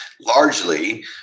largely